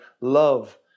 love